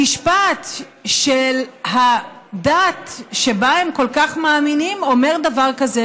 המשפט של הדת שבה הם כל כך מאמינים אומר דבר כזה,